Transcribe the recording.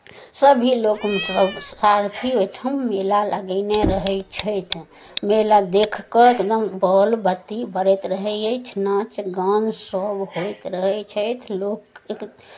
सभ लोक हमसभ सारथी ओहिठाम मेला लगयने रहै छथि मेला देखि कऽ एकदम बॉल बत्ती बरैत रहै अछि नाच गानसभ होइत रहै छथि लोक